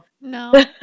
No